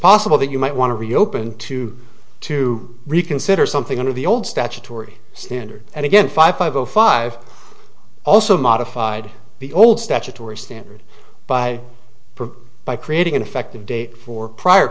possible that you might want to reopen two to reconsider something under the old statutory standard and again five five zero five also modified the old statutory standard by by creating an effective date for prior